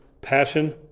passion